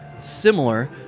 similar